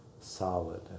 solid